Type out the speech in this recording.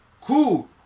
Cool